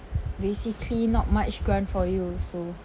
basically not much grant for you also